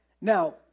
Now